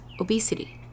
obesity